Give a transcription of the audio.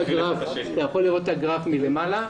אתה יכול לראות את הגרף מלמעלה.